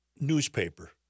newspaper